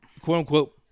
quote-unquote